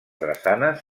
drassanes